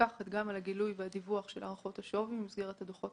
מפקחת גם על הגילוי והדיווח של הערכות השווי במסגרת הדוחות